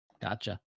Gotcha